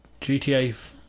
GTA